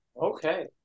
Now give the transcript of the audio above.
okay